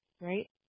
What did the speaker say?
right